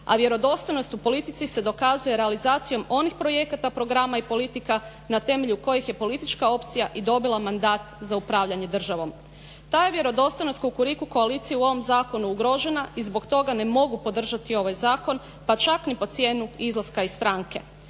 a vjerodostojnost u politici se dokazuje realizacijom onih projekata, programa i politika na temelju kojih je politička opcija i dobila mandat za upravljanje državom. Ta je vjerodostojnost Kukuriku koalicije u ovom zakonu ugrožena i zbog toga ne mogu podržati ovaj zakon, pa čak ni po cijenu izlaska iz stranke.